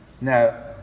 Now